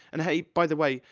and, hey, by the way,